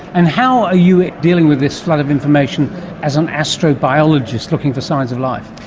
and how are you dealing with this flood of information as an astrobiologist looking for signs of life?